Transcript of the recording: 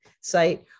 site